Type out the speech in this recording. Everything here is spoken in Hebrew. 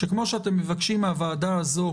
כפי שאתם מבקשים מן הוועדה הזאת